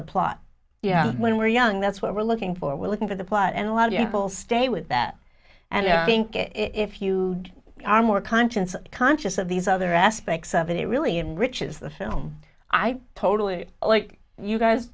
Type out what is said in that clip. the plot when we're young that's what we're looking for we're looking for the plot and a lot of people stay with that and i think if you are more conscience conscious of these other aspects of it really and rich is the film i totally like you guys